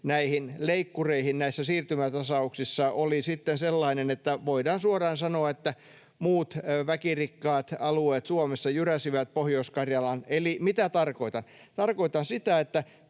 näihin leikkureihin näissä siirtymätasauksissa, oli sitten sellainen, että voidaan suoraan sanoa, että muut väkirikkaat alueet Suomessa jyräsivät Pohjois-Karjalan. Eli mitä tarkoitan? Tarkoitan sitä, että